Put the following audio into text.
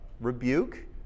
rebuke